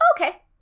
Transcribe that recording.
Okay